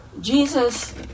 Jesus